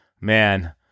man